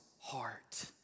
heart